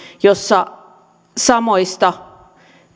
jossa samoista